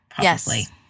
Yes